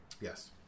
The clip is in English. Yes